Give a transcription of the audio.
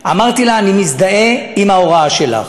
אמרתי לה: אני מזדהה עם ההוראה שלך,